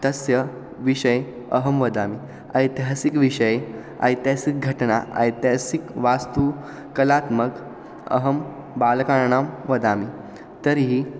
तस्य विषये अहं वदामि ऐतिहासिकविषये ऐतिहासिकघटना ऐतिहासिकवास्तु कलात्मकता अहं बालकानां वदामि तर्हि